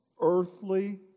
Earthly